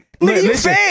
listen